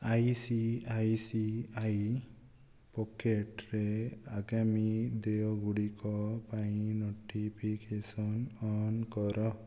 ICICI ପକେଟ୍ରେ ଆଗାମୀ ଦେୟଗୁଡ଼ିକ ପାଇଁ ନୋଟିଫିକେସନ୍ ଅନ୍ କର